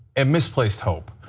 and misplaced hope.